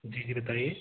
जी जी बताइए